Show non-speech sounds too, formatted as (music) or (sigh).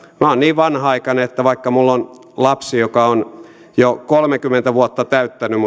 olen niin vanhanaikainen että vaikka minulla on lapsi joka on jo kolmekymmentä vuotta täyttänyt (unintelligible)